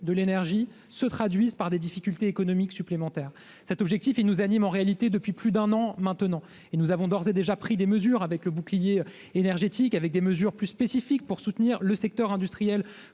de l'énergie se traduise par des difficultés économiques supplémentaires cet objectif, il nous anime en réalité depuis plus d'un an maintenant, et nous avons d'ores et déjà pris des mesures avec le bouclier énergétique avec des mesures plus spécifiques pour soutenir le secteur industriel